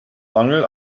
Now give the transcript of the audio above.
mangel